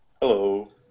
Hello